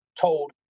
told